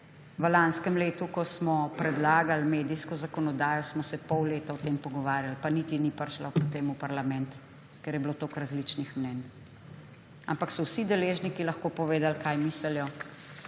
v lanskem letu ko smo predlagali medijsko zakonodajo, smo se pol leta o tem pogovarjali, pa niti ni prišla potem v parlament, ker je bilo toliko različnih mnenj. Ampak so vsi deležniki lahko povedali, kaj mislijo.